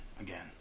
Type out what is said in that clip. again